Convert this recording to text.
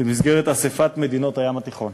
במסגרת אספת מדינות הים התיכון.